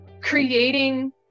creating